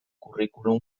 curriculum